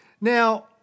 Now